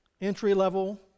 entry-level